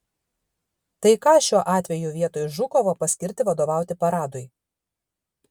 tai ką šiuo atveju vietoj žukovo paskirti vadovauti paradui